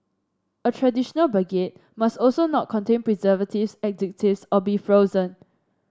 a traditional baguette must also not contain preservatives additives or be frozen